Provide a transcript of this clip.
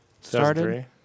Started